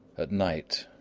at night,